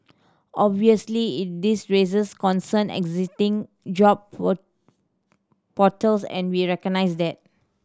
obviously this raises concern existing job portals and we recognise that